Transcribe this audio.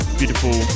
beautiful